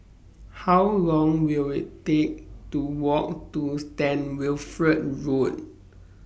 How Long Will IT Take to Walk to Stand Wilfred Road